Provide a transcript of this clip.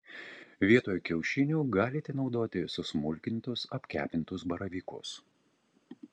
vietoj kiaušinių galite naudoti susmulkintus apkepintus baravykus